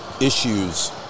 issues